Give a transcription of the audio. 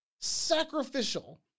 sacrificial